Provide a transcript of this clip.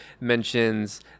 mentions